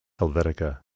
Helvetica